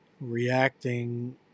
reacting